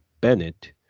Bennett